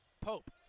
Pope